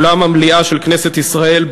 אולם המליאה של כנסת ישראל,